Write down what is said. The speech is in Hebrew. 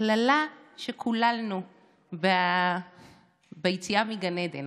הקללה שקוללנו ביציאה מגן עדן,